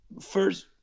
first